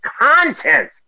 content